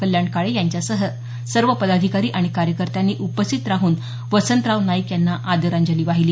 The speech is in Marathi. कल्याण काळे यांच्यासह सर्व पदाधिकारी आणि कार्यकत्यांनी उपस्थित राहून वसंतराव नाईक यांना आदरांजली वाहिली